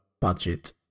budget